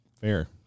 Fair